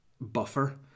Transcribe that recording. buffer